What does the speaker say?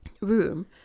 room